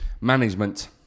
Management